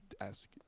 Ask